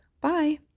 bye